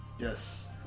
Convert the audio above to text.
Yes